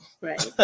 Right